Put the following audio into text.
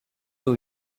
two